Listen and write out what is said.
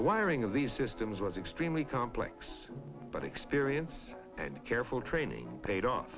the wiring of these systems was extremely complex but experience and careful training paid off